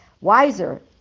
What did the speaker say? wiser